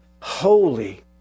holy